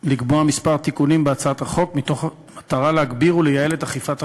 לקבוע כמה תיקונים בהצעת החוק במטרה להגביר ולייעל את אכיפת החוק.